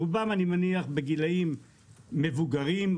רובם בגילאים מבוגרים,